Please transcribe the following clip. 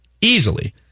easily